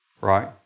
right